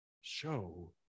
Show